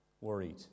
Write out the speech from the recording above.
Worried